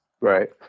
Right